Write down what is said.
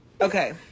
Okay